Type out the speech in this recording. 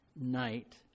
night